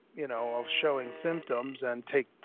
you know, of showing symptoms and take,